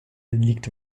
liegt